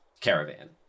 caravan